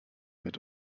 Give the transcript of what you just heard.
mit